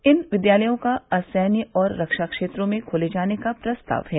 इन विद्यालयों का असैन्य और रक्षा क्षेत्रों में खोले जाने का प्रस्ताव है